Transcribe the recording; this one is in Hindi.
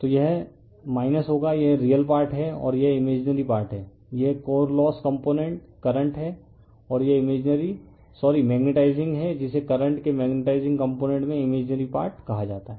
तो यह होगा यह रियल पार्ट है और यह इमेजिनरी पार्ट है यह कोर लॉस कंपोनेंट करंट है और यह इमेजिनरी सॉरी मैग्नेटाइजिंग है जिसे करंट के मैग्नेटाइजिंग कंपोनेंट में इमेजिनरी पार्ट कहा जाता है